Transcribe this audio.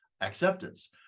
acceptance